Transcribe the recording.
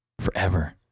forever